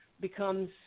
becomes